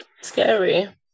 Scary